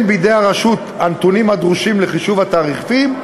בידי הרשות הנתונים הדרושים לחישוב התעריפים,